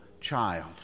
child